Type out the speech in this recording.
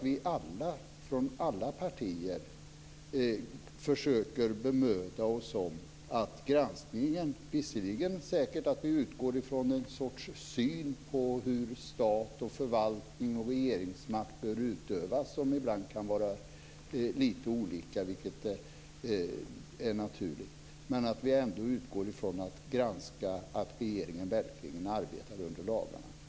Visserligen utgår granskningen säkert ibland från lite olika syn på statsförvaltningen och på utövandet regeringsmakten, vilket är naturligt, men jag tror att vi från alla partier ändå utgår från att vi ska granska att regeringen verkligen arbetar under lagarna.